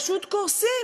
הם פשוט קורסים.